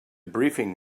briefing